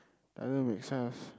doesn't make sense